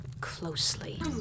closely